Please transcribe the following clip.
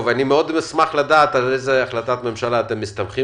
אשמח לדעת על איזו החלטת ממשלה אתם מסתמכים